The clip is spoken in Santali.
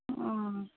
ᱚᱻ